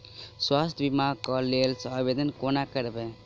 स्वास्थ्य बीमा कऽ लेल आवेदन कोना करबै?